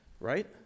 right